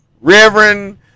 Reverend